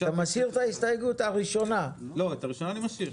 את הראשונה אני משאיר.